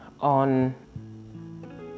on